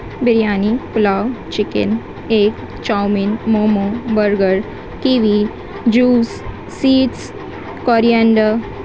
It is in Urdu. biryani pulao chicken egg chow mein momo burger kiwi juice seeds coriander